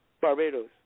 Barbados